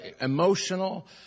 emotional